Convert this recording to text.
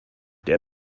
der